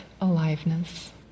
aliveness